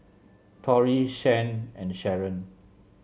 Torie Shan and Sheron